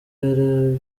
yari